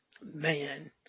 man